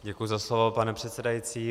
Děkuji za slovo, pane předsedající.